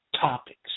Topics